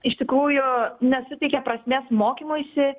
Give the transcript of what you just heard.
iš tikrųjų nesuteikia prasmės mokymuisi